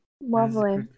Lovely